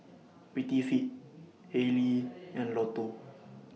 Prettyfit Haylee and Lotto